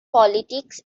politics